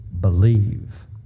believe